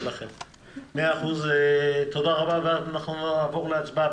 אנחנו נעבור להצבעה.